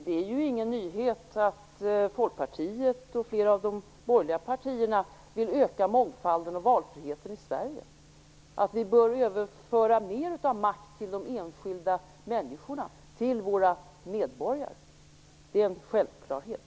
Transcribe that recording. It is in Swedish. Det är ingen nyhet att Folkpartiet och flera av de borgerliga partierna vill öka mångfalden och valfriheten i Sverige och tycker att vi bör överföra mer makt till de enskilda människorna, till våra medborgare. Det är en självklarhet.